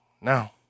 Now